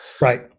right